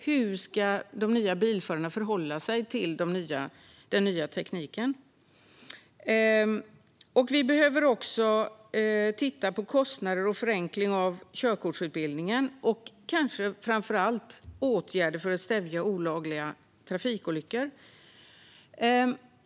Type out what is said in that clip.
Hur ska de nya bilförarna förhålla sig till den nya tekniken? Vi behöver också titta på kostnader och förenkling av körkortsutbildningen och kanske framför allt på åtgärder för att stävja trafikolyckor.